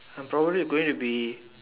I'll probably going to be